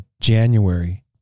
January